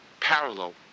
parallel